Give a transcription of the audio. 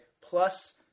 plus